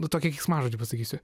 nu tokį keiksmažodį pasakysiu